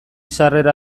sarrera